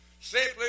simply